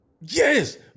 Yes